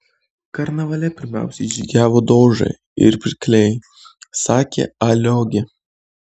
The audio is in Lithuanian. karnavale pirmiausiai žygiavo dožai ir pirkliai sakė a liogė